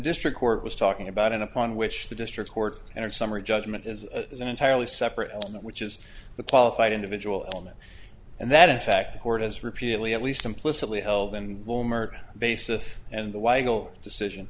district court was talking about and upon which the district court and in summary judgment is an entirely separate element which is the qualifier individual element and that in fact the court has repeatedly at least implicitly elven will murder basis and the waggle decision